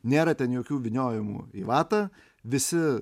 nėra ten jokių vyniojimų į vatą visi